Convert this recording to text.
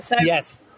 Yes